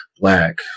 black